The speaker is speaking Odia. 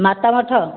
ମାତାମଠ